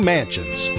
Mansions